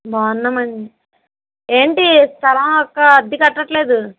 బాగున్నామండి ఏంటి స్థలం యొక్క అద్దె కట్టట్లేదు